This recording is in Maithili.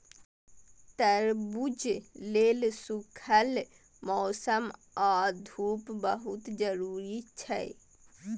तरबूज लेल सूखल मौसम आ धूप बहुत जरूरी छै